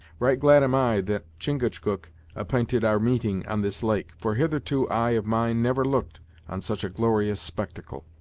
right glad am i that chingachgook app'inted our meeting on this lake, for hitherto eye of mine never looked on such a glorious spectacle.